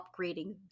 upgrading